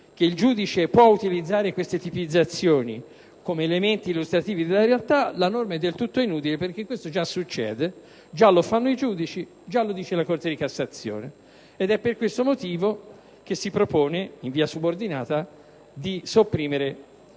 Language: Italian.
che il giudice può utilizzare queste tipizzazioni come elementi illustrativi della realtà, la norma è del tutto inutile, perché questo già succede, già lo fanno i giudici e già lo dice la Corte di cassazione. Per questo motivo con l'emendamento 23.8 si propone in via subordinata di sopprimere